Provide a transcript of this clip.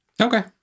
Okay